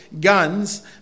guns